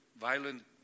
violent